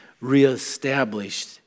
reestablished